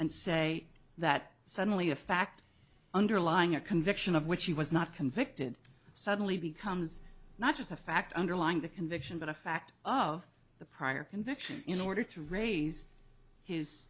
and say that suddenly a fact underlying a conviction of which he was not convicted suddenly becomes not just a fact underlying the conviction but a fact of the prior conviction in order to raise his